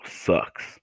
sucks